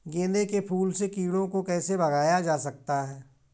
गेंदे के फूल से कीड़ों को कैसे भगाया जा सकता है?